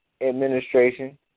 administration